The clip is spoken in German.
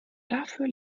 dafür